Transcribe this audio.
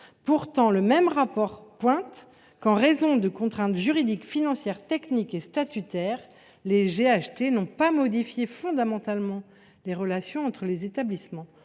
Pourtant, le même rapport pointe que, « en raison de contraintes juridiques, financières, techniques et statutaires, les GHT n’ont pas modifié fondamentalement les relations entre les établissements